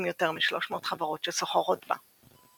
עם יותר מ-300 חברות שסוחרות בה.